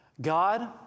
God